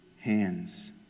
hands